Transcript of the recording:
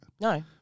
No